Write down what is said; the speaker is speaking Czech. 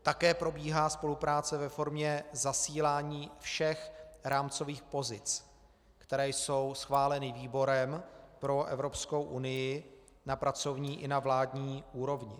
Také probíhá spolupráce ve formě zasílání všech rámcových pozic, které jsou schváleny výborem pro Evropskou unii na pracovní i na vládní úrovni.